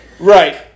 Right